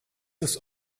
das